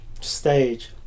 stage